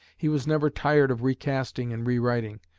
he was never tired of recasting and rewriting,